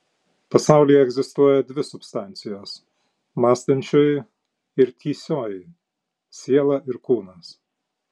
pasaulyje egzistuoja dvi substancijos mąstančioji ir tįsioji siela ir kūnas